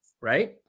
right